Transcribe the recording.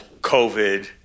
COVID